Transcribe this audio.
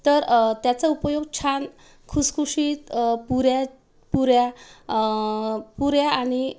तर त्याचं उपयोग छान खुसखुशीत पुऱ्या पुऱ्या पुऱ्या आणि